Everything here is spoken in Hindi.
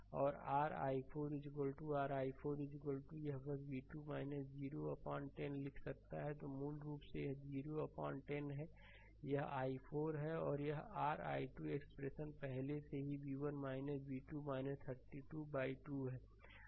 और r i4 r i4 यह बस v2 0 अपान 10लिख सकता है मूल रूप से यह 0 अपान 10 है यह i4 है और r i2 एक्सप्रेशन पहले से ही v1 v2 32 बाइ 2 है